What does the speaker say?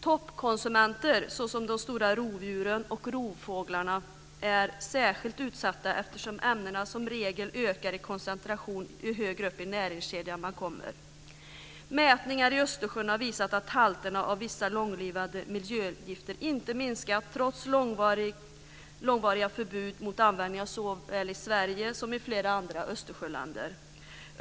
Toppkonsumenter, såsom de stora rovdjuren och rovfåglarna, är särskilt utsatta eftersom ämnena som regel ökar i koncentration ju högre upp i näringskedjan man kommer. Mätningar i Östersjön har visat att halterna av vissa långlivade miljögifter inte har minskat trots långvariga förbud mot användning såväl i Sverige som i andra Östersjöländer.